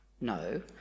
No